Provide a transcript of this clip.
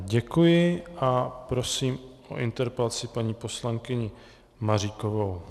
Děkuji a prosím o interpelaci paní poslankyni Maříkovou.